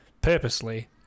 purposely